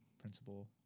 principal